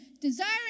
desiring